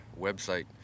website